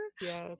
yes